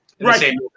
Right